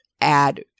add